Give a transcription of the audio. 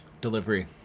Delivery